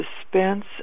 suspense